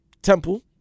Temple